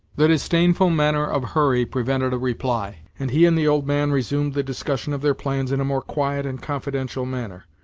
the disdainful manner of hurry prevented a reply, and he and the old man resumed the discussion of their plans in a more quiet and confidential manner.